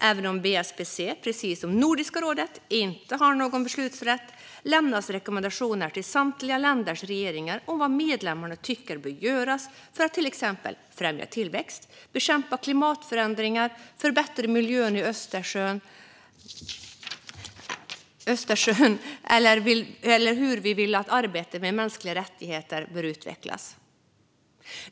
Även om BSPC precis som Nordiska rådet inte har någon beslutsrätt lämnas rekommendationer till samtliga länders regeringar om vad medlemmarna tycker bör göras för att till exempel främja tillväxt, bekämpa klimatförändringar eller förbättra miljön i Östersjön eller om hur vi vill att arbetet med mänskliga rättigheter ska utvecklas.